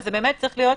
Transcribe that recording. ואלו צריכים להיות